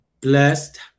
blessed